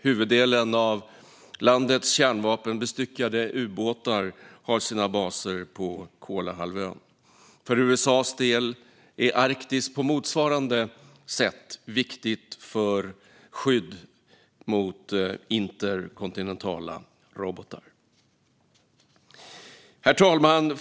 Huvuddelen av landets kärnvapenbestyckade ubåtar har sina baser på Kolahalvön. För USA:s del är Arktis på motsvarande sätt viktigt för skydd mot interkontinentala robotar. Herr talman!